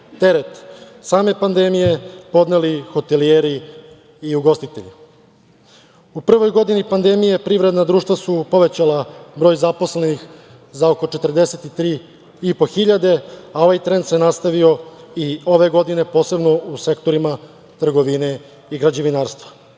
teret same pandemije podneli hotelijeri i ugostitelji.U prvoj godini pandemije privredna društva su povećala broj zaposlenih za oko 43.500, a ovaj trend se nastavio i ove godine, posebno u sektorima trgovine i građevinarstva. Nedavno